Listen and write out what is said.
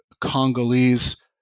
Congolese